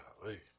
Golly